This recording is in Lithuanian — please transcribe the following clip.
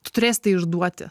tu turėsi tai išduoti